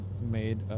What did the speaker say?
made